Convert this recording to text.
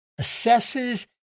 assesses